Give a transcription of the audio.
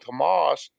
Hamas